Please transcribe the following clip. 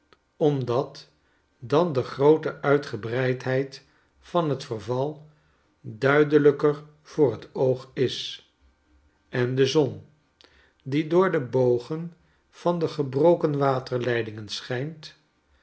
omdat dan de groote uitgebreidheid van het verval duidelijker voor het oog is en de zon die door de bogen van de gebroken waterleidingen schijnt